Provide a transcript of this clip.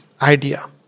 idea